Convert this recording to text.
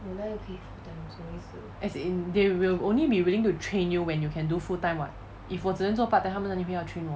as in they will only be willing to train you when you can do full-time [what] if 我只能做 part-time 他们哪里会要 train 我